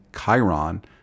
chiron